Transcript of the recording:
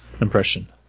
impression